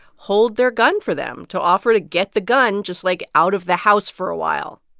hold their gun for them, to offer to get the gun just, like, out of the house for a while